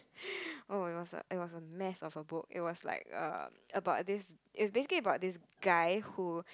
oh it was a it was a a mess of the book it was like um about is this is basically is about this guy who